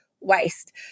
waste